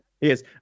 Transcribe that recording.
Yes